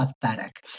pathetic